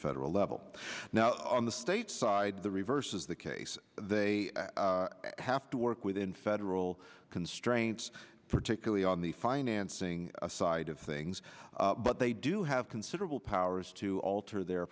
federal level now on the state side the reverse is the case they have to work within federal constraints particularly on the financing side of things they do have considerable powers to alter their